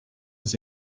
his